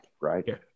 Right